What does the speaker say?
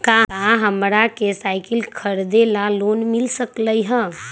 का हमरा के साईकिल खरीदे ला लोन मिल सकलई ह?